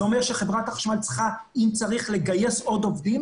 זה אומר שחברת החשמל צריכה לגייס עוד עובדים